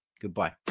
Goodbye